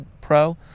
pro